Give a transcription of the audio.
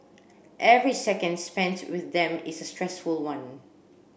every second spent with them is a stressful one